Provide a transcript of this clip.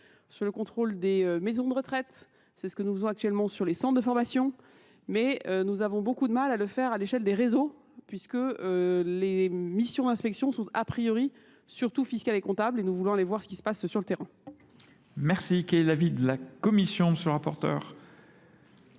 sur le contrôle des maisons de retraite. C'est ce que nous faisons actuellement sur les centres de formation. Mais nous avons beaucoup de mal à le faire à l'échelle des réseaux puisque les missions d'inspection sont a priori surtout fiscales et comptables et nous voulons aller voir ce qui se passe sur le terrain. est l'avis de la commission, monsieur le rapporteur ?